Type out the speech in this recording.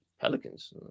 Pelicans